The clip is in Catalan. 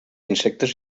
insectes